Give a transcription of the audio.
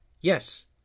Yes